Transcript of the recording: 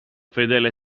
fedele